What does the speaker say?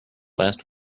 last